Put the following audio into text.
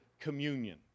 communion